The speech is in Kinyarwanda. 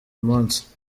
munsi